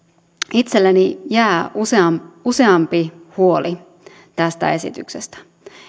itselleni jää useampi huoli tästä esityksestä